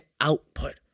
output